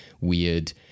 weird